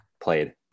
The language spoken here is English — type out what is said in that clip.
played